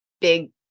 big